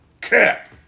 Cap